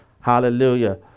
Hallelujah